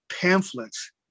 pamphlets